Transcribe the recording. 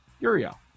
Uriel